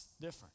different